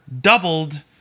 doubled